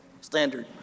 standard